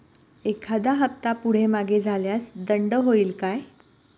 एखादा हफ्ता पुढे मागे झाल्यास दंड होईल काय?